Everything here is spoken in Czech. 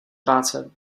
práce